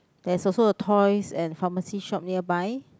there's also a toys and pharmacy shop nearby